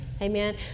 Amen